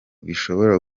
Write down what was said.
bishobora